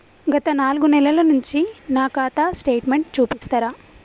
గత నాలుగు నెలల నుంచి నా ఖాతా స్టేట్మెంట్ చూపిస్తరా?